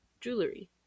Jewelry